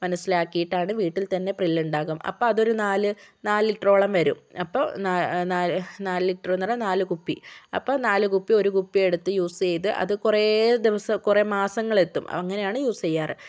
മനസ്സിലാക്കിയിട്ടാണ് വീട്ടിൽത്തന്നെ പ്രില്ലുണ്ടാക്കും അപ്പോൾ അതൊരു നാലു നാലു ലിറ്ററോളം വരും അപ്പോൾ നാല് നാലു ലിറ്റർ പറഞ്ഞാൽ നാലു കുപ്പി അപ്പോൾ നാലു കുപ്പി ഒരു കുപ്പി എടുത്ത് യൂസ് ചെയ്ത് അത് കുറേ ദിവസം കുറേ മാസങ്ങളെത്തും അങ്ങനെയാണ് യൂസ് ചെയ്യാറ്